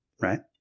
right